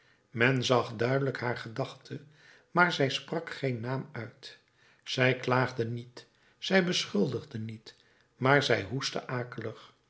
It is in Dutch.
men zag duidelijk haar gedachte maar zij sprak geen naam uit zij klaagde niet zij beschuldigde niet maar zij hoestte akelig